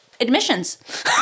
Admissions